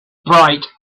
bright